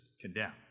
condemn